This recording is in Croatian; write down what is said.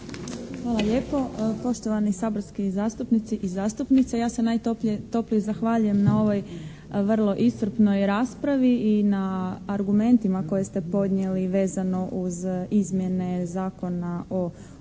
Hvala lijepo. Poštovani saborski zastupnici i zastupnice. Ja se najtoplije zahvaljujem na ovoj vrlo iscrpnoj raspravi i na argumentima koje ste podnijeli vezano uz izmjene Zakona o obrtu.